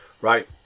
Right